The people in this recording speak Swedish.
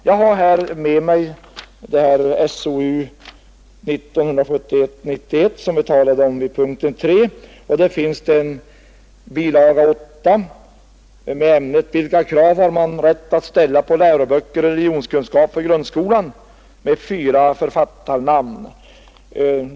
Jag har här med mig SOU 1971:91 som vi talade om vid punkten 3. Där finns en bilaga 8 med ämnet: ”Vilka krav har man rätt att ställa på läroböcker i religionskunskap för grundskolan?” och med fyra författarnamn.